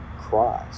cries